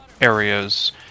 areas